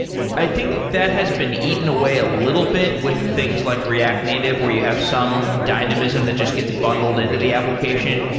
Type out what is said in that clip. i think that has been eaten away a little bit with things like react native where you have some dynamism that just gets bundled into the application.